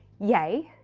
yay.